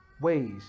ways